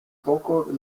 poco